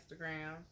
Instagram